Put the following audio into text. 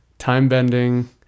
Time-bending